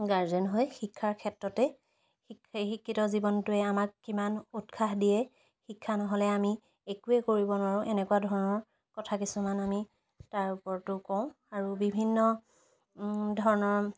guardian হৈ শিক্ষাৰ ক্ষেত্ৰতেই শি শিক্ষিত জীৱনটোৱে আমাক কিমান উৎসাহ দিয়ে শিক্ষা নহ'লে আমি একোৱেই কৰিব নোৱাৰো এনেকুৱা ধৰণৰ কথা কিছুমান আমি তাৰ ওপৰতো কওঁ আৰু বিভিন্ন ধৰণৰ